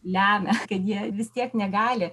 lemia kad jie vis tiek negali